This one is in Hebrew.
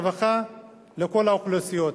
הרווחה לכל האוכלוסיות.